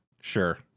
Sure